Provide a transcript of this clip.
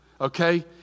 Okay